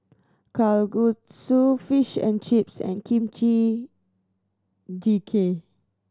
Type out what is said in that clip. Kalguksu Fish and Chips and Kimchi Jjigae